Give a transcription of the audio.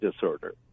disorder